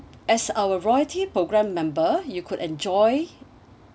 as our loyalty program member you could enjoy